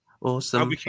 Awesome